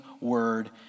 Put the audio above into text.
word